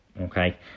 okay